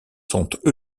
sont